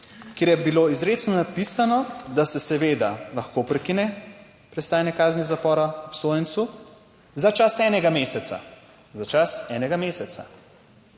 kjer je bilo izrecno napisano, da se seveda lahko prekine prestajanje kazni zapora obsojencu za čas enega meseca.